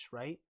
right